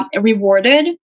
rewarded